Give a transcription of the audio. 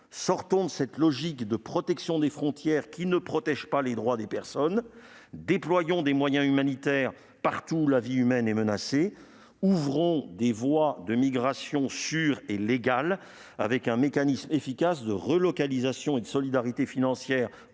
Sortons de cette logique de protection des frontières qui ne protège pas les droits des personnes, déployons des moyens humanitaires partout où la vie humaine est menacée, ouvrons des voies de migration sûres et légales, instaurons un mécanisme efficace de relocalisation et de solidarité financière